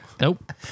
Nope